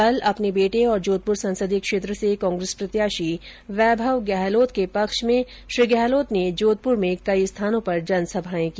कल अपने बेटे और जोधप्र संसदीय क्षेत्र से कांग्रेस प्रत्याषी वैभव गहलोत के पक्ष में श्री गहलोत ने जोधप्र में कई स्थानों पर जनसभाए की